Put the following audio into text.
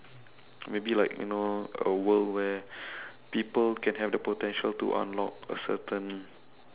maybe like you know a world where people can have the potential to unlock a certain